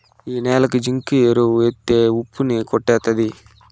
ఈ న్యాలకి జింకు ఎరువు ఎత్తే ఉప్పు ని కొట్టేత్తది